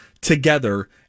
together